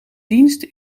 dienst